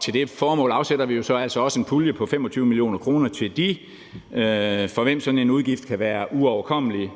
Til det formål afsætter vi jo så altså også en pulje på 25 mio. kr. til dem, for hvem sådan en udgift kan være uoverkommelig.